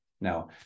Now